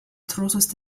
trozos